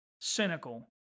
cynical